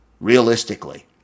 realistically